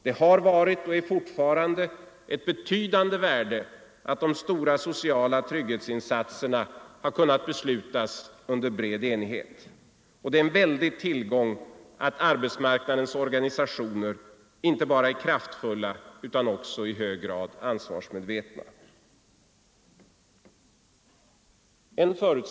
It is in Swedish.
Det har varit och är fortfarande ett betydande värde att de stora sociala trygghetsinsatserna kunnat beslutats under bred enighet, och det är en väldig tillgång att arbetsmarknadens organisationer inte bara är kraftfulla utan också i hög grad ansvarsmedvetna.